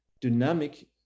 dynamic